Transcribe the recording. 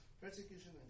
persecution